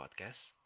podcast